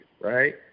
right